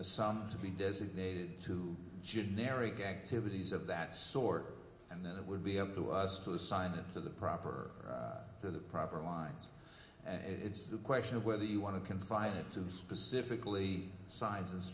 a song to be designated to generic activities of that sort and then it would be up to us to assign it to the proper to the proper line and it's a question of whether you want to confine it to the specifically size